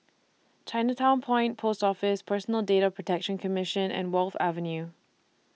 Chinatown Point Post Office Personal Data Protection Commission and Wharf Avenue